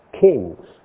kings